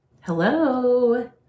Hello